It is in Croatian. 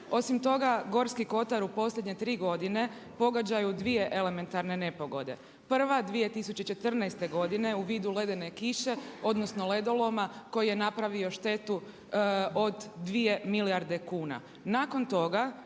Osim toga Gorski kotar u posljednje tri godine pogađaju dvije elementarne nepogode, prva 2014. godine u vidu ledene kiše odnosno ledoloma koji je napravio štetu od dvije milijarde kuna. Nakon toga